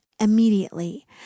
immediately